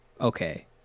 okay